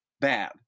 bad